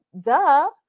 duh